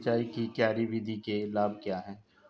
सिंचाई की क्यारी विधि के लाभ क्या हैं?